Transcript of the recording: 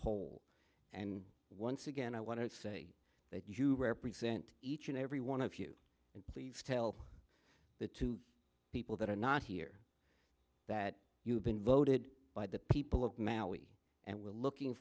whole and once again i want to say that you represent each and every one of you and please tell the two people that are not here that you have been voted by the people of maui and we're looking